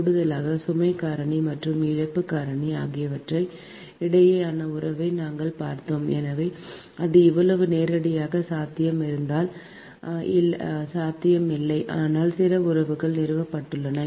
கூடுதலாக சுமை காரணி மற்றும் இழப்பு காரணி ஆகியவற்றுக்கு இடையேயான உறவை நாங்கள் பார்த்தோம் அது எவ்வளவு நேரடியான சாத்தியம் இல்லை ஆனால் சில உறவுகள் நிறுவப்பட்டுள்ளன